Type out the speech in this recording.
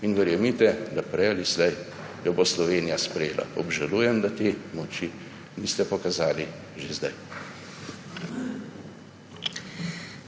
In verjemite, da jo bo prej ali slej Slovenija sprejela. Obžalujem, da te moči niste pokazali že zdaj.